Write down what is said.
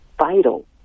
vital